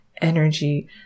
energy